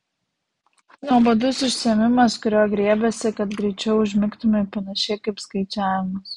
nuobodus užsiėmimas kurio griebiesi kad greičiau užmigtumei panašiai kaip skaičiavimas